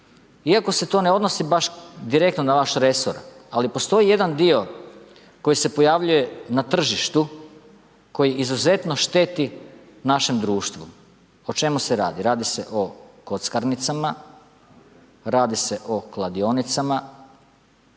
iako se to ne odnosi baš direktno na vaš resor. Ali, postoji jedan dio koji se pojavljuje na tržištu koji izuzetno šteti našem društvu. O čemu se radi? Radi se o kockarnicama, radi se o kladionicama,